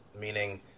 meaning